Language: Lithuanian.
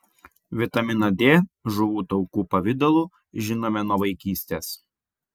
vitaminą d žuvų taukų pavidalu žinome nuo vaikystės